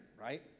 right